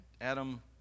Adam